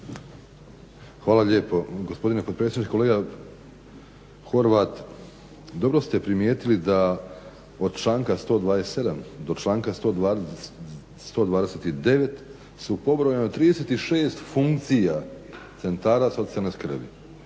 Hvala lijepo gospodine potpredsjedniče. Kolega Horvat, dobro ste primijetili da od članka 127. do članka 129. je pobrojano 36 funkcija centara socijalne skrbi.